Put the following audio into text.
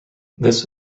this